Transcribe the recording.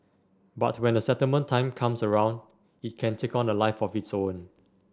but when the settlement time comes around it can take on a life of its own